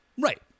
Right